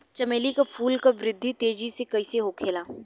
चमेली क फूल क वृद्धि तेजी से कईसे होखेला?